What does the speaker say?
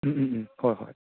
ꯎꯝ ꯎꯝ ꯎꯝ ꯍꯣꯏ ꯍꯣꯏ